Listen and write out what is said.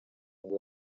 ngo